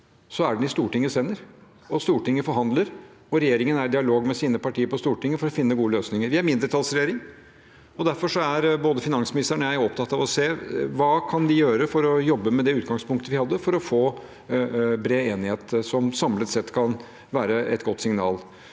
er den i Stortingets hender. Stortinget forhandler, og regjeringen er i dialog med sine partier på Stortinget for å finne gode løsninger. Vi er en mindretallsregjering. Derfor er både finansministeren og jeg opptatt av å se hva vi kan gjøre for å jobbe med det utgangspunktet vi hadde for å få bred enighet, som samlet sett kan være et godt signal.